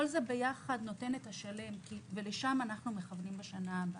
כל זה יחד נותן את השלם ולשם אנחנו מכוונים בשנה הבאה.